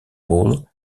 ball